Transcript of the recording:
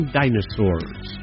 dinosaurs